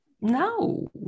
no